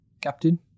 Captain